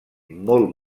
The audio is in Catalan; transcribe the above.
molt